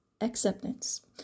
acceptance